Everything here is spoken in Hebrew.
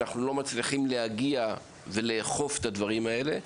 אנחנו לא מצליחים להגיע ולאכוף את הדברים האלה,